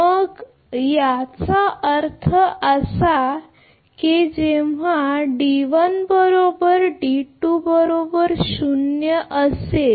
मग याचा अर्थ असा की जेव्हा आणि आपण म्हणता तेव्हा दोन्ही आपलेच असतात